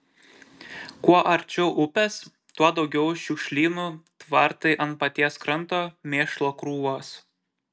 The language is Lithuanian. kuo arčiau upės tuo daugiau šiukšlynų tvartai ant paties kranto mėšlo krūvos